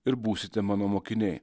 ir būsite mano mokiniai